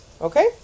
okay